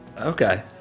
Okay